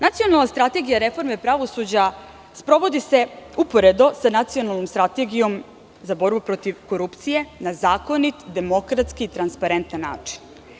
Nacionalna strategija reforme pravosuđa sprovodi se uporedo sa Nacionalnom strategijom za borbu protiv korupcije na zakonit, demokratski i transparentan način.